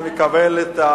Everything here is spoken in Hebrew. אני מקבל,